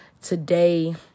Today